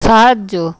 সাহায্য